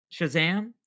Shazam